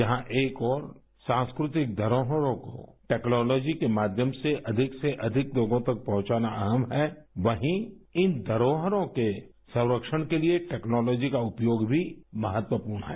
जहां एक ओर सांस्कृतिक धरोहरों को टेक्नोलोजी के माध्यम से अधिक से अधिक लोगों तक पहुंचाना अहम् है वहीं इन धरोहरों के संरक्षण के लिए टेक्नोलोजी का उपयोग भी महत्वपूर्ण है